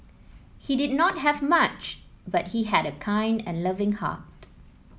he did not have much but he had a kind and loving heart